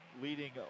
leading